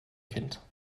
kind